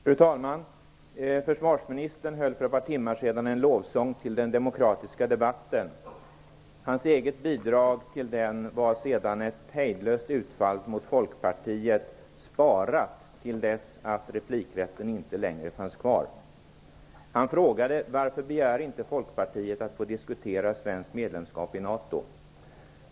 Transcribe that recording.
Fru talman! Försvarsministern höll för ett par timmar sedan en lovsång till den demokratiska debatten. Hans eget bidrag till denna var ett hejdlöst utfall mot Folkpartiet: "Spara!" Till sist fanns det inte längre kvar någon replikrätt. Han frågade varför Folkpartiet inte begär att få diskutera ett svenskt medlemskap i NATO?